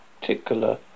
particular